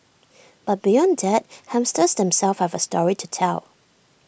but beyond that hamsters themselves have A story to tell